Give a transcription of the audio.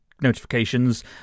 notifications